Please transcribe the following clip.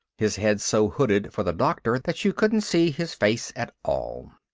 his head so hooded for the doctor that you couldn't see his face at all.